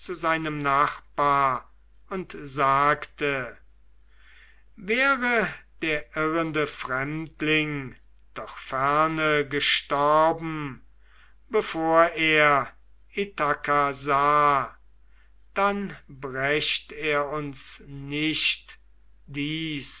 seinem nachbar und sagte wäre der irrende fremdling doch ferne gestorben bevor er ithaka sah dann brächt er uns nicht dies